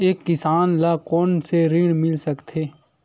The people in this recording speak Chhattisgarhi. एक किसान ल कोन कोन से ऋण मिल सकथे?